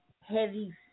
heavy